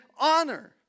honor